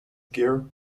girl